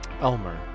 Elmer